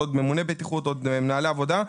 ממוני בטיחות ומנהלי עבודה,